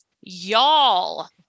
y'all